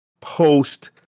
post